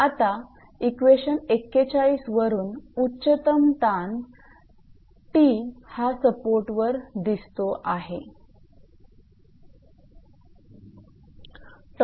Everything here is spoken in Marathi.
आता इक्वेशन 41 वरून उच्चतम ताण 𝑇 हा सपोर्टवर असतो हे दिसते